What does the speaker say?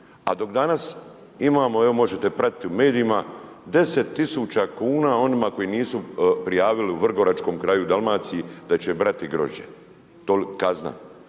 A dok danas imamo, evo možete pratiti u medijima, 10 000 kuna onima koji nisu prijavili u vrgoračkom kraju u Dalmaciji da će brati grožđe, kazna.